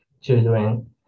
children